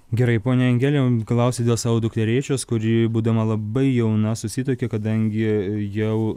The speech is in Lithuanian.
gerai ponia angelė klausia dėl savo dukterėčios kuri būdama labai jauna susituokė kadangi jau